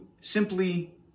simply